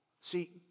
See